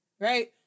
right